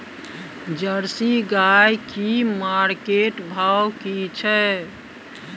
Jersey गाय की market भाव की छै?